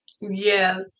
Yes